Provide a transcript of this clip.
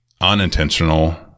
unintentional